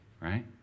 right